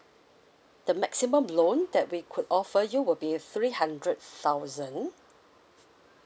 the maximum loan that we could offer you will be three hundred thousand